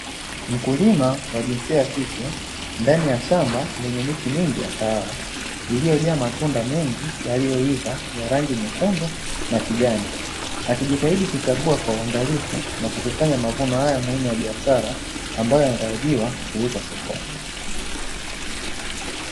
Mkulima wa jinsia ya kike ndani ya shamba lenye miti mingi ya kahawa, iliyojaa matunda mengi yaliyoiva ya rangi nyekundu na kijani. Akijitahidi kuchagua kwa uangalifu na kukusanya mavuno haya muhimu ya biashara, ambayo yanatarajiwa kuuzwa sokoni.